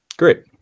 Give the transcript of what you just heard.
Great